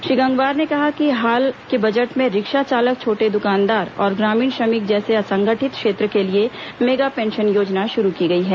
श्री गंगवार ने कहा कि हाल के बजट में रिक्शा चालक छोटे द्वकानदार और ग्रामीण श्रमिक जैसे असंगठित क्षेत्र के लिए मेगा पेंशन योजना श्ररू की गई है